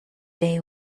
they